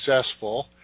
successful